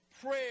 prayer